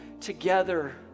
together